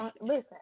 Listen